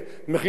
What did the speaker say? אולפנות,